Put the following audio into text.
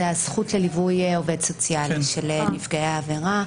זה הזכות לליווי עובד סוציאלי של נפגעי העבירה.